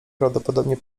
prawdopodobnie